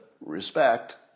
respect